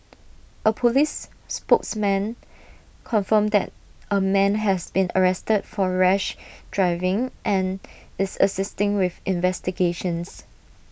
A Police spokesman confirmed that A man has been arrested for rash driving and is assisting with investigations